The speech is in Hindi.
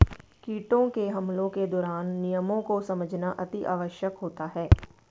कीटों के हमलों के दौरान नियमों को समझना अति आवश्यक होता है